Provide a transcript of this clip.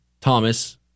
Thomas